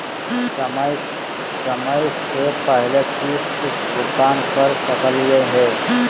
समय स पहले किस्त भुगतान कर सकली हे?